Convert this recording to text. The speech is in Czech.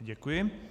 Děkuji.